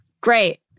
Great